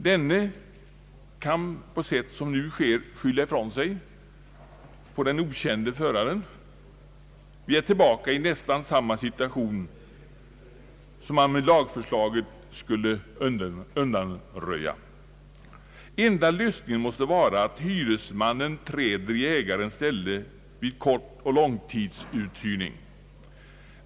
Denne kan, på sätt som nu sker, skylla ifrån sig på den okände föraren. Vi är tillbaka i nästan samma situation som man med lagförslaget skulle undanröja. Enda lösningen måste vara att hyrestagaren träder i ägarens ställe vid korttidsoch långtidsuthyrning.